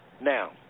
Now